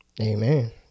Amen